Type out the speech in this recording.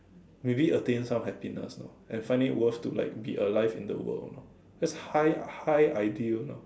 maybe attain some happiness know and find it worth to like be alive in the world you know that's high high ideal you know